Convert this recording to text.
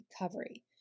recovery